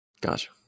Gotcha